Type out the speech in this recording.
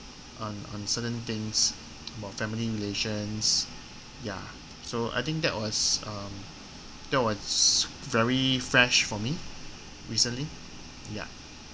on on certain things about family relations ya so I think that was um that was very fresh for me recently ya